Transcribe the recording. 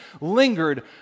lingered